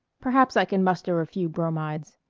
perhaps i can muster a few bromides.